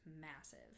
massive